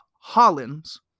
Hollins